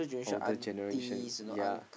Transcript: older generation yea